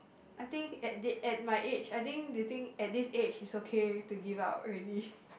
I think at the at my age I think do you think at this age is okay to give up already